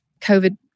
COVID